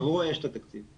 עבורו יש את התקציב.